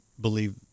believe